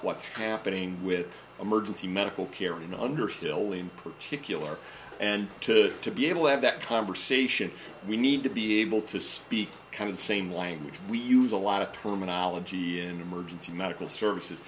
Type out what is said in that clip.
what's happening with emergency medical care in underhill in particular and to to be able to have that conversation we need to be able to speak kind of the same language we use a lot of terminology in emergency medical services